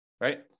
right